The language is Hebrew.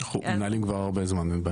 אנחנו מנהלים כבר הרבה זמן.